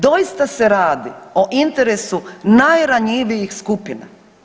Doista se radi o interesu najranjivijih skupina.